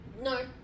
No